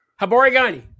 Habarigani